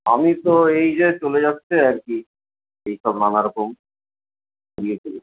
আমি তো এই যে চলে যাচ্ছে আর কি এইসব নানারকম নিয়ে টিয়ে